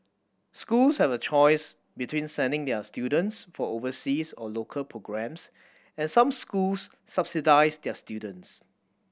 schools have a choice between sending their students for overseas or local programmes and some schools subsidise their students